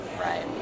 Right